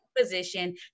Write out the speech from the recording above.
position